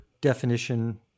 definition